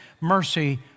mercy